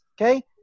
Okay